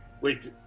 Wait